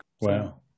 Wow